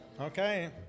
Okay